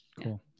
cool